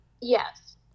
Yes